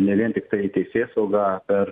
ne vien tiktai teisėsauga per